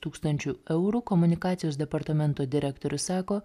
tūkstančių eurų komunikacijos departamento direktorius sako